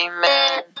Amen